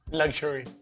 luxury